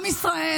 עם ישראל,